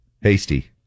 Hasty